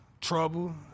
Trouble